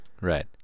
right